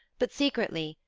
but, secretly,